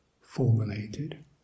formulated